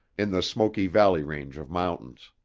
in the smoky valley range of mountains.